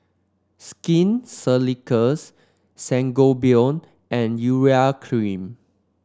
Skin Ceuticals Sangobion and Urea Cream